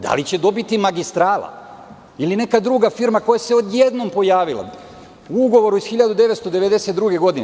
Da li će dobiti magistrala, ili neka druga firma koja se odjednom pojavila u ugovoru iz 1992. godine.